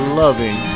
loving